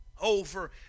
over